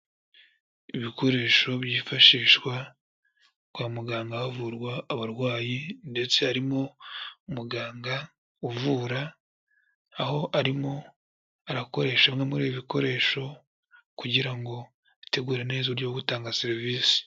Ibikoresho byifashishwa kwa muganga havurwa abarwayi ndetse harimo umuganga uvura, aho arimo arakoresha bimwe muri ibi bikoresho kugira ngo ategure neza uburyo bwo gutanga serivise.